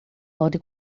pode